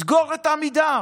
סגור את עמידר.